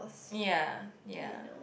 ya ya